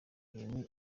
irimo